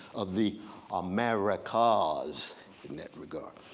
of the americas, in that regard.